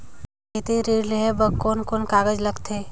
खेती ऋण लेहे बार कोन कोन कागज लगथे?